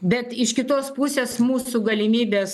bet iš kitos pusės mūsų galimybės